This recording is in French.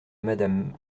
madame